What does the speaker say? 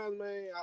man